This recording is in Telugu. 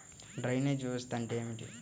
డ్రైనేజ్ వ్యవస్థ అంటే ఏమిటి?